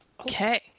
Okay